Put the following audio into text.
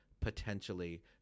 potentially